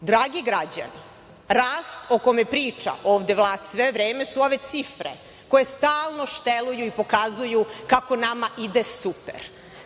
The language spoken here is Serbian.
Dragi građani, rast o kome priča ovde vlast sve vreme su ove cifre koje stalno šteluju i pokazuju kako nama ide super.